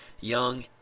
young